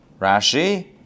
Rashi